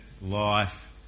life